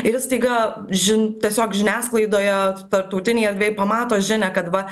ir jis staiga žin tiesiog žiniasklaidoje tarptautinėj erdvėj pamato žinią kad va